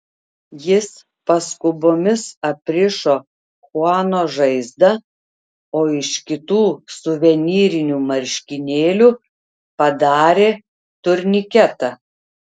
jis paskubomis aprišo chuano žaizdą o iš kitų suvenyrinių marškinėlių padarė turniketą